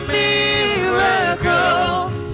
miracles